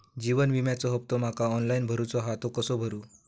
जीवन विम्याचो हफ्तो माका ऑनलाइन भरूचो हा तो कसो भरू?